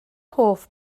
hoff